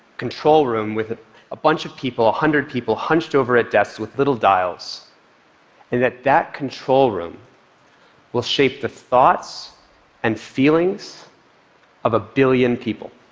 control room with a bunch of people, a hundred people, hunched over a desk with little dials, and that that control room will shape the thoughts and feelings of a billion people.